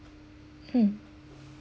mm